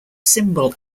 symbol